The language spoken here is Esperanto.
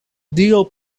dio